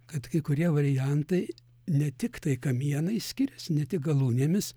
kad kai kurie variantai ne tiktai kamienais skiriasi ne tik galūnėmis